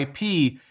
IP